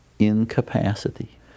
incapacity